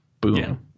Boom